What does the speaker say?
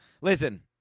listen